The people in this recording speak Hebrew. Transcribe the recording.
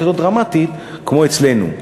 כזו דרמטית כמו אצלנו.